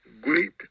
great